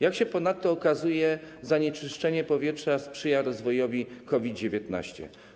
Jak się ponadto okazuje, zanieczyszczenie powietrza sprzyja rozwojowi COVID-19.